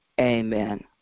amen